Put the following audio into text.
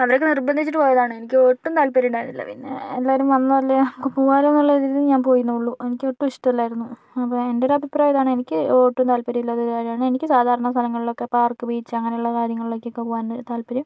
അവരൊക്കെ നിർബന്ധിച്ചിട്ട് പോയതാണ് എനിക്ക് ഒട്ടും താൽപ്പര്യം ഉണ്ടായിരുന്നില്ല പിന്നെ എല്ലാവരും വന്നതല്ലേ നമുക്ക് പോകാല്ലോന്നുള്ള ഒരിതില് ഞാൻ പോയെന്നെ ഉള്ളു എനിക്ക് ഒട്ടും ഇഷ്ടമല്ലായിരുന്നു അപ്പോൾ എൻ്റെ ഒരു അഭിപ്രായം ഇതാണ് എനിക്ക് ഒട്ടും താൽപ്പര്യം ഇല്ലാത്ത ഒരു കാര്യമാണ് എനിക്ക് സാധാരണ സ്ഥലങ്ങളിലൊക്കെ പാർക്ക് ബീച്ച് അങ്ങനെയുള്ള കാര്യങ്ങളിലേക്കൊക്കെ പോകാനാണ് താൽപ്പര്യം